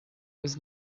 was